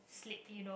sleep you know